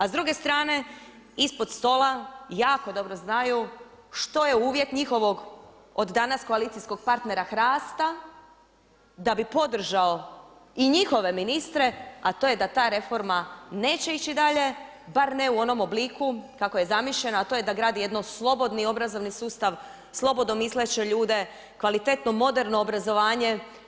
A s druge strane ispod stola jako dobro znaju što je uvjet njihovog od danas koalicijskog partnera HRAST-a da bi podržao i njihove ministre, a to je da ta reforma neće ići dalje bar ne u onom obliku kako je zamišljeno, a to je da gradi jedan slobodni obrazovni sustav, slobodno misleće ljude, kvalitetno moderno obrazovanje.